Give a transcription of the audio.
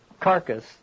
carcass